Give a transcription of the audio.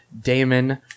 Damon